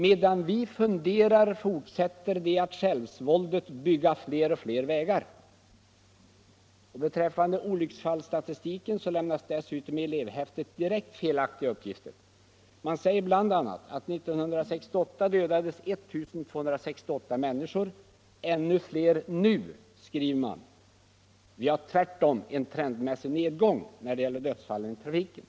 Medan vi funderar, fortsätter de självsvåldigt att bygga fler och fler vägar.” Beträffande olycksfallsstatistiken lämnas dessutom i elevhäftet direkt felaktiga uppgifter. Man säger bl.a. att 1968 dödades 1 268 människor. Ännu fler nu, skriver man. I verkligheten finns tvärtom en trendmässig nedgång när det gäller dödsfallen i trafiken.